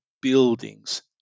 buildings